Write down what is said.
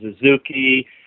Suzuki